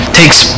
takes